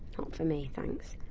um for me, thanks.